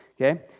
Okay